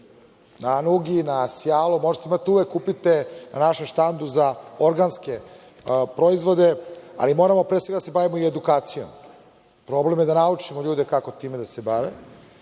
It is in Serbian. na Jugi, na Sjalu, možete batule da kupite na Raša štandu za organske proizvode, ali moramo, pre svega, da se bavimo i edukacijom. Problem je da naučimo ljude kako time da se